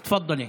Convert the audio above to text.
תפדל.